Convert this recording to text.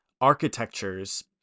architectures